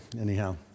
anyhow